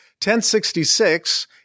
1066